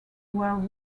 were